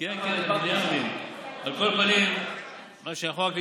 תפרט כמה כסף